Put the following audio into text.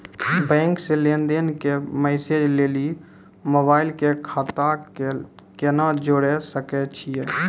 Bank से लेंन देंन के मैसेज लेली मोबाइल के खाता के केना जोड़े सकय छियै?